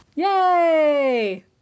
Yay